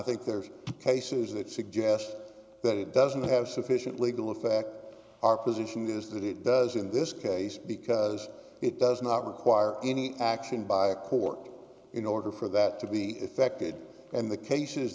think there's cases that suggest that it doesn't have sufficient legal effect our position is that it does in this case because it does not require any action by a court in order for that to be effected and the cases